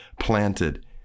planted